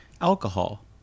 alcohol